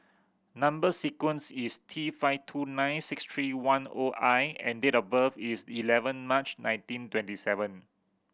number sequence is T five two nine six three one O I and date of birth is eleven March nineteen twenty seven